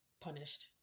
punished